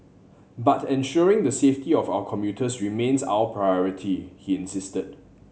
but ensuring the safety of our commuters remains our priority he insisted